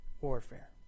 warfare